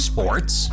Sports